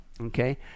okay